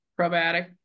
probiotic